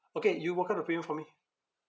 okay you work out the payment for me